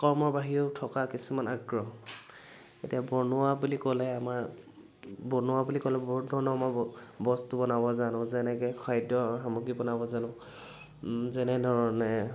কৰ্মৰ বাহিৰেও থকা কিছুমান আগ্ৰহ এতিয়া বনোৱা বুলি ক'লে আমাৰ বনোৱা বুলি ক'লে বহুত ধৰণৰ মই বস্তু বনাব জানোঁ যেনেকে খাদ্য সামগ্ৰী বনাব জানোঁ যেনে ধৰণে